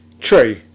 True